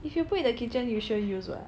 if you put in the kitchen you sure use [what]